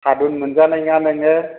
थादुन मोनजानाय नोङा नोङो